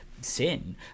sin